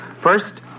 first